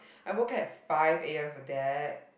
I woke at five A_M for that